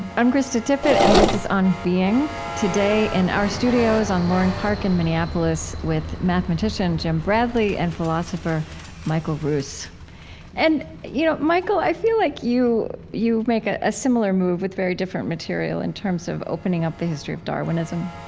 i'm krista tippett, and this is on being. today in our studios on loring park in minneapolis with mathematician jim bradley and philosopher michael ruse and, you know, michael, i feel like you you you make a ah similar move with very different material in terms of opening up the history of darwinism.